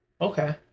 Okay